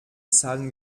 zahlen